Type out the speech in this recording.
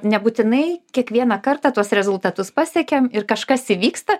nebūtinai kiekvieną kartą tuos rezultatus pasiekiam ir kažkas įvyksta